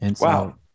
Wow